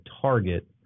target